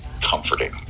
comforting